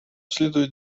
следует